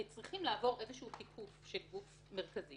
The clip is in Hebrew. ובעיקר להבחנה בין גורמי העסקה לגורמי אכיפה,